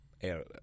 air